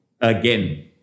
again